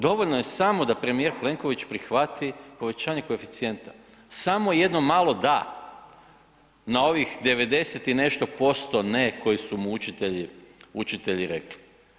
Dovoljno je samo da premijer Plenković prihvati povećanje koeficijenta, samo jednom malo „da“ na ovih 90 i nešto posto „ne“ koji su mu učitelji rekli.